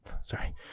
sorry